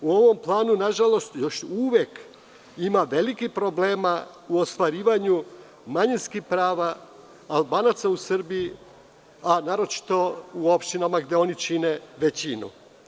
U ovom planu, nažalost, još uvek ima velikih problema u ostvarivanjumanjinskih prava Albanaca u Srbiji, naročito u opštinama gde oni čine većinu.